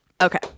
Okay